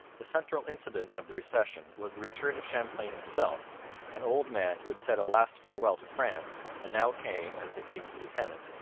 the central incident of the recession was the return of champlain himself an old man who had said a last farewell to france and now came, as the king's lieutenant,